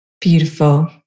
Beautiful